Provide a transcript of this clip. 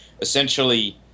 essentially